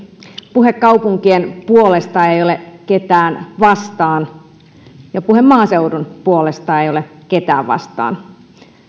puhe kaupunkien puolesta ei ole ketään vastaan ja puhe maaseudun puolesta ei ole ketään vastaan